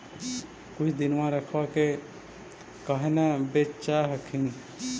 कुछ दिनमा रखबा के काहे न बेच हखिन?